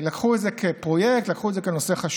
לקחו את זה כפרויקט, לקחו את זה כנושא חשוב.